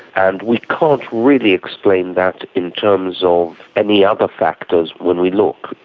and we can't really explain that in terms of any other factors when we look.